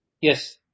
Yes